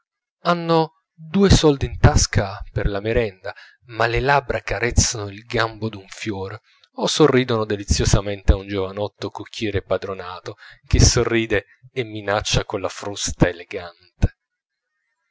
hanno due soldi in tasca per la merenda ma le labbra carezzano il gambo d'un fiore o sorridono deliziosamente a un giovanotto cocchiere padronato che sorride e minaccia con la frusta elegante